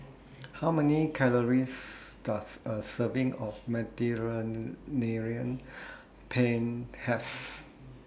How Many Calories Does A Serving of Penne Have